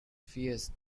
fierce